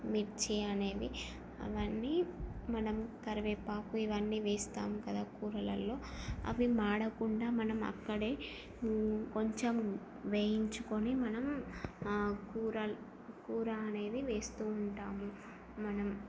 మిర్చి అనేవి అవన్నీ మనం కరివేపాకు ఇవన్నీ వేస్తాం కదా కూరలలో అవి మాడకుండా మనం అక్కడే కొంచెం వేయించుకొని మనం కూర కూర అనేది వేస్తూ ఉంటాము మనం